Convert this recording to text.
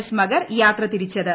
S മഗർ യാത്ര തിരിച്ചത്